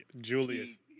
Julius